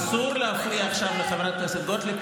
אסור להפריע עכשיו לחברת הכנסת גוטליב,